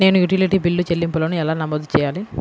నేను utility bill చెల్లింపులను ఎలా నమోదు చేయాలి?